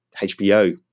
HBO